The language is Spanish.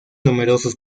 numerosos